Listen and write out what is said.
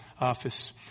office